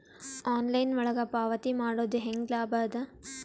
Online ಒಳಗ ಪಾವತಿ ಮಾಡುದು ಹ್ಯಾಂಗ ಲಾಭ ಆದ?